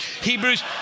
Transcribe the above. Hebrews